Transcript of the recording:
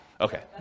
Okay